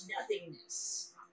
nothingness